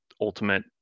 ultimate